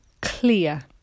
clear